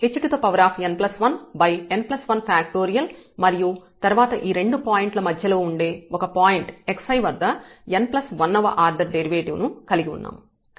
మరియు తర్వాత ఈ రెండు పాయింట్ల మధ్యలో ఉండే ఒక పాయింట్ xi వద్ద n1 వ ఆర్డర్ డెరివేటివ్ ను కలిగి ఉన్నాము